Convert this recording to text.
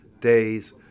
days